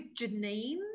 Janine